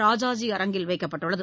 ராஜாஜி அரங்கில் வைக்கப்பட்டுள்ளது